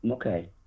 Okay